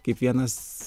kaip vienas